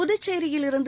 புதுச்சேரியிலிருந்து